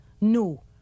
no